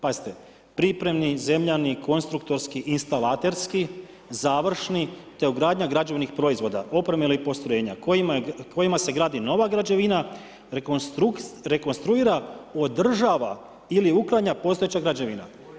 Pazite, pripravni, zemljani, konstruktorki, instalaterski, završni te ugradnja građevnih proizvoda, oprema ili postrojenja, kojima se gradi nova građevina, rekonstruira, održava ili uklanja postojeća građevina.